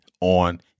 on